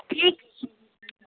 ठीक